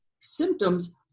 symptoms